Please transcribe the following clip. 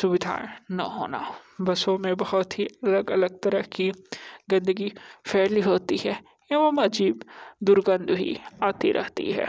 सुविधाएँ न होना बसों में बहुत ही अलग अलग तरह की गंदगी फैली होती है एवं अजीब दुर्गंध भी आती रहती है